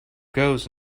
goes